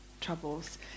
troubles